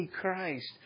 Christ